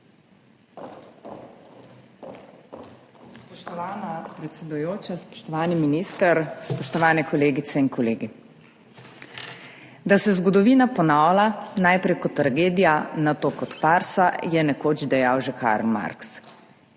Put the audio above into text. Spoštovana predsedujoča, spoštovani minister, spoštovane kolegice in kolegi! Da se zgodovina ponavlja najprej kot tragedija, nato kot farsa, je nekoč dejal že Karl Marx,